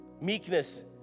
Meekness